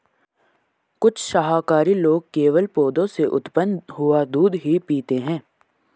कुछ शाकाहारी लोग केवल पौधों से उत्पन्न हुआ दूध ही पीते हैं